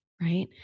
right